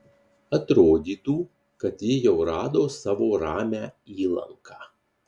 atrodytų kad ji jau rado savo ramią įlanką